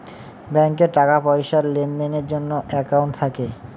ব্যাঙ্কে টাকা পয়সার লেনদেনের জন্য একাউন্ট থাকে